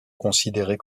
considérée